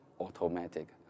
automatic